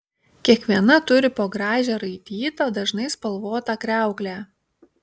kiekviena turi po gražią raitytą dažnai spalvotą kriauklę